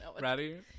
Ready